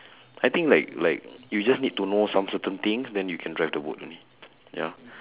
I think like like you'll just need to know some certain things then you can drive the boat ya